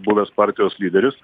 buvęs partijos lyderis